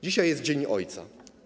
Dzisiaj jest Dzień Ojca.